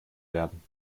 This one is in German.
werden